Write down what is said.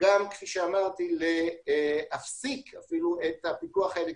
גם להפסיק אפילו את הפיקוח האלקטרוני.